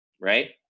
Right